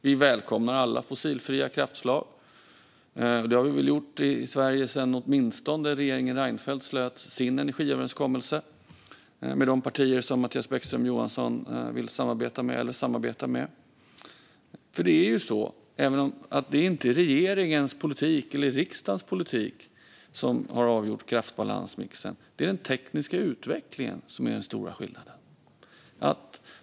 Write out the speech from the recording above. Vi välkomnar alla fossilfria kraftslag, och det har vi väl gjort i Sverige sedan regeringen Reinfeldt slöt sin energiöverenskommelse med de partier som Mattias Bäckström Johansson vill samarbeta med eller samarbetar med. Det är inte regeringens politik eller riksdagens politik som har avgjort kraftbalansmixen. Det är den tekniska utvecklingen som är den stora skillnaden.